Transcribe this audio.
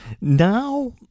Now